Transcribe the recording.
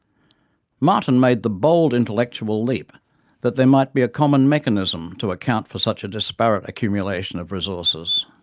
marten made the bold intellectual leap that there might be a common mechanism to account for such a disparate accumulation of resources.